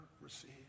receive